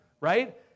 right